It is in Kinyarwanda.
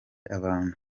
abantu